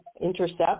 Intercept